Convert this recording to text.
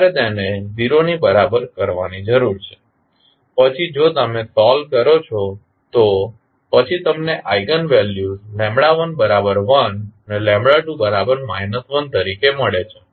તમારે તેને 0 ની બરાબર કરવાની જરૂર છે પછી જો તમે સોલ્વ કરો છો તો પછી તમને આઇગન વેલ્યુસ 11 અને 2 1 તરીકે મળે છે